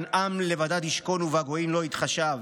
"הן עם לבדד ישכן ובגוים לא יתחשב",